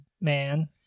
man